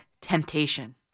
temptation